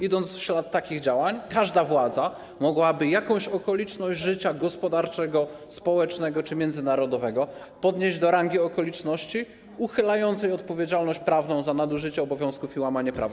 Idąc w ślad takich działań, każda władza mogłaby jakąś okoliczność życia gospodarczego, społecznego czy międzynarodowego podnieść do rangi okoliczności uchylającej odpowiedzialność prawną za nadużycie obowiązków i łamanie prawa.